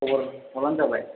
खबर हरबानो जाबाय